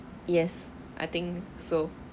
yes I think so